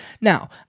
Now